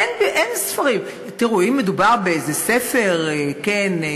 אין ספרים, תראו, אם מדובר באיזה ספר, כן?